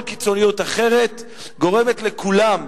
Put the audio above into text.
כל קיצוניות אחרת גורמת לכולם להפסיד,